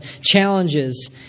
challenges